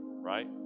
right